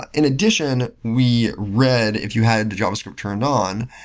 ah in addition, we read if you had the javascript turned on,